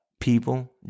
people